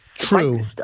True